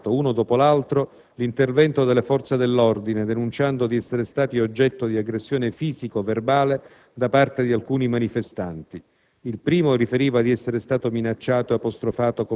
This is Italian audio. Durante la manifestazione, due giovani hanno invocato, uno dopo l'altro, l'intervento delle Forze dell'ordine, denunciando di essere stati oggetto di aggressione fisica o verbale da parte di alcuni manifestanti.